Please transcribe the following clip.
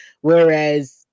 whereas